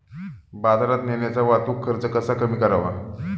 बाजारात नेण्याचा वाहतूक खर्च कसा कमी करावा?